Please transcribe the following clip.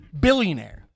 Billionaire